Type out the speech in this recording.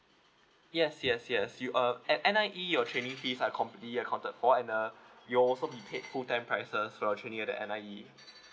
yes yes yes you uh at N_I_E your training fee are completely accounted for and uh you are also be paid full time prices for taining at the N_I_E